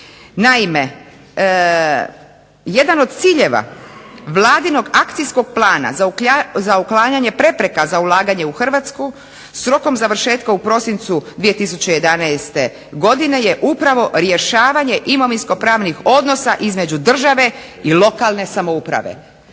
Jedan od ciljeva Vladinog akcijskog plana za uklanjanje prepreka za ulaganje u Hrvatsku s rokom završetka u prosincu 2011. godine je upravo rješavanje imovinsko pravnih odnosa između države i lokalne samouprave.